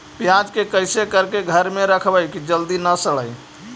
प्याज के कैसे करके घर में रखबै कि जल्दी न सड़ै?